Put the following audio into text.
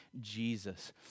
Jesus